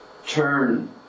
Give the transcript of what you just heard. Turn